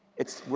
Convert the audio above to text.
it's,